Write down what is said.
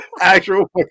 Actual